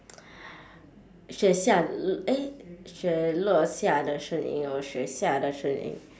xue xia l~ eh xue luo xia de sheng yin or xue xia de sheng yin